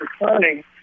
returning